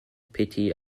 petits